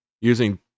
using